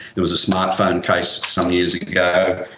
there was a smart phone case some years ago,